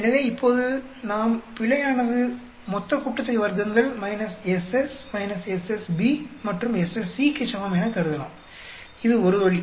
எனவே இப்போது நாம் பிழையானது மொத்த கூட்டுத்தொகை வர்க்கங்கள் SS - SS B மற்றும் SS C க்குச் சமம் எனக் கருதலாம் இது ஒரு வழி